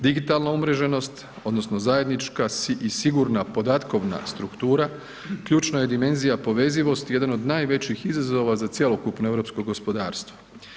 Digitalna umreženost, odnosno zajednička i sigurna podatkovna struktura ključna je dimenzija povezivosti, jedan od najvećih izazova za cjelokupno europsko gospodarstvo.